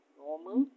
normal